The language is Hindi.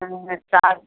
में चार